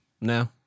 No